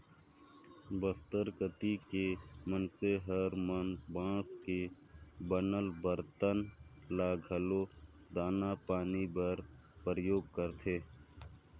बस्तर कति के मइनसे मन हर बांस के बनल बरतन ल घलो दाना पानी बर परियोग करथे